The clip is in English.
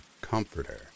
comforter